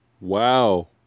Wow